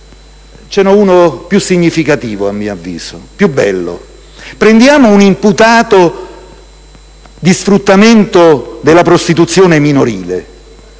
ho uno più significativo e più bello, a mio avviso. Prendiamo un imputato di sfruttamento della prostituzione minorile: